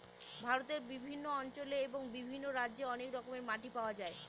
ভারতের বিভিন্ন অঞ্চলে এবং বিভিন্ন রাজ্যে অনেক রকমের মাটি পাওয়া যায়